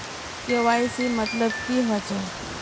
KYC मतलब की होचए?